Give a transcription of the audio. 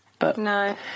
No